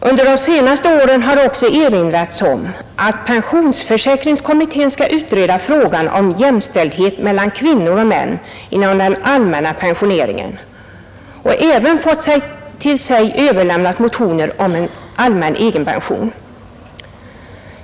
”Under de senaste åren har också erinrats om att pensionsförsäkringskommittén skall utreda frågan om jämställdhet mellan kvinnor och män inom den allmänna pensioneringen och även fått till sig överlämnade motioner om en allmän egenpension.